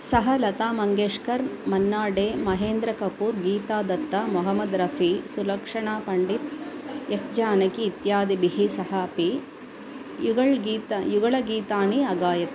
सः लतामङ्गेश्कर मन्नाडे महेन्द्रकपूर गीतादत्त मोहम्मद्रफ़ी सुलक्षणापण्डित एस् जानकी इत्यादिभिः सह अपि युगलगीतानि युगलगीतानि अगायत्